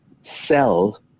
sell